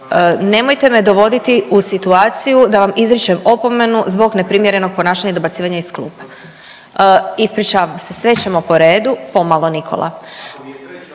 nemojte me dovoditi u situaciju da vam izričem opomenu zbog neprimjerenog ponašanja i dobacivanja iz klupe. Ispričavam se. Sve ćemo po redu, pomalo Nikola!